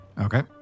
Okay